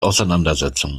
auseinandersetzungen